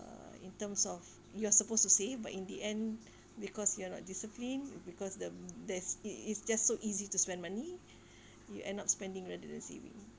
uh in terms of you're supposed to save but in the end because you are not disciplined because the there's it it's just so easy to spend money you end up spending rather than saving